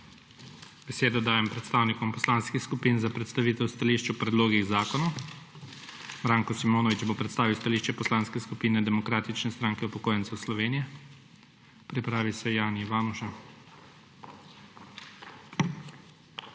Besedo dajem predstavnikom poslanskih skupin za predstavitev stališč o predlogih zakonov. Branko Simonovič bo predstavil stališče Poslanske skupine Demokratične stranke upokojencev Slovenije. Pripravi naj se Jani Ivanuša.